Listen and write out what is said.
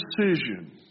decision